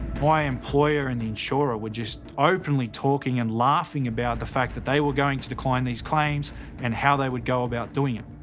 employer and insurer were just openly talking and laughing about the fact that they were going to decline these claims and how they would go about doing it.